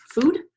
food